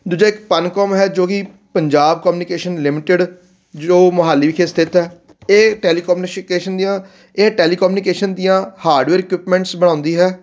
ਦੂਜਾ ਇੱਕ ਪਨਕੋਮ ਹੈ ਜੋ ਕਿ ਪੰਜਾਬ ਕੋਮਨੀਕੇਸ਼ਨ ਲਿਮਿਟਡ ਜੋ ਮੋਹਾਲੀ ਵਿਖੇ ਸਥਿਤ ਹੈ ਇਹ ਟੈਲੀਕੋਮਨੇਸ਼ਕੇਸ਼ਨ ਦੀਆਂ ਇਹ ਟੈਲੀਕੋਮਨੀਕੇਸ਼ਨ ਦੀਆਂ ਹਾਰਡਵੇਅਰ ਇਕਯੂਪਮੈਂਟਸ ਬਣਾਉਂਦੀ ਹੈ